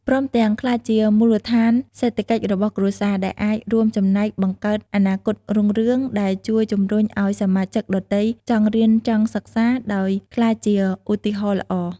ព្រមទាំង ក្លាយជាមូលដ្ឋានសេដ្ឋកិច្ចរបស់គ្រួសារ ដែលអាចរួមចំណែកបង្កើតអនាគតរុងរឿង ដែលជួយជំរុញឲ្យសមាជិកដទៃចង់រៀនចង់សិក្សា ដោយក្លាយជាឧទាហរណ៍ល្អ។